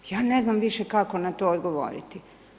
Ja ne znam više kako na to odgovoriti.